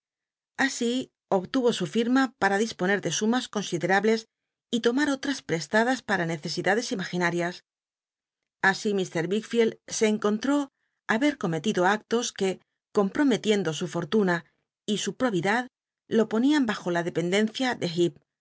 sumas conside su firma pa loma r otras pesladas paa necesidades imaginarias así ifr wicklield se encontró haber cometido actos que comprometiendo su fortuna y su probidad lo ponian bajo la dependencia de eep